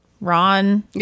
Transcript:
Ron